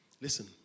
Listen